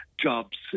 jobs